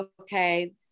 okay